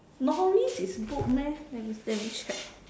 novice is book meh let me let me check